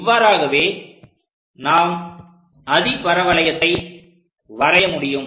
இவ்வாறாகவே நாம் அதிபரவளையத்தை வரைய முடியும்